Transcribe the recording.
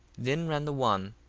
then ran the one,